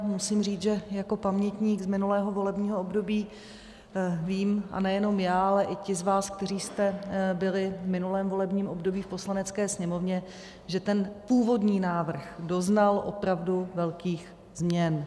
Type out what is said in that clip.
Musím říct, že jako pamětník z minulého volebního období vím, a nejenom já, ale i ti z vás, kteří jste byli v minulém volebním období v Poslanecké sněmovně, že ten původní návrh doznal opravdu velkých změn.